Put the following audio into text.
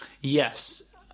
Yes